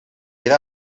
era